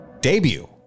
debut